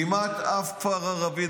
כמעט באף כפר ערבי,